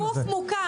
--- גוף מוכר.